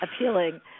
appealing